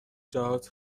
جهات